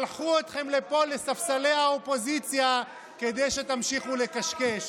שלחו אתכם לפה לספסלי האופוזיציה כדי שתמשיכו לקשקש.